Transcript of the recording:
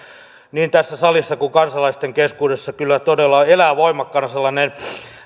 niin tässä salissa kuin kansalaisten keskuudessa kyllä todella elää voimakkaana sellainen